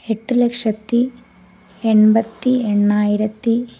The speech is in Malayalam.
എട്ട് ലക്ഷത്തി എൺപത്തി എണ്ണായിരത്തി